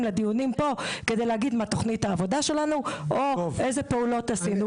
לדיונים פה כדי להגיד מהי תכנית העבודה שלנו או אילו פעולות עשינו.